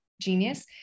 genius